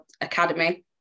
Academy